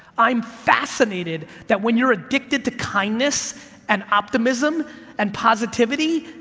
i'm fascinated that when you're addicted to kindness and optimism and positivity,